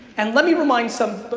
and let me remind some,